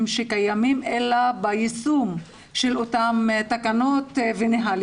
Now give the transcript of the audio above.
שקיימים אלא ביישום של אותם נהלים ותקנות.